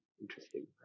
interesting